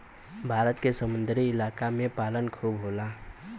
भारत के समुंदरी इलाका में पालन खूब होला